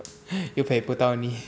又陪不到你